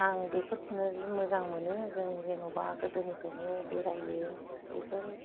आं बेफोरखौनो जि मोजां मोनो जों जेनेबा गोदोनिफ्रायनो बेरायो बेफोर